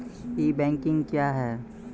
ई banking क्या हैं?